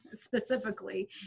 specifically